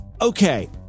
Okay